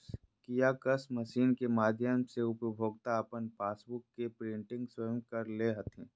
kiosk machine के माध्यम से उपभोक्ता अपन पासबुक के प्रिंटिंग स्वयं कर ले हथिन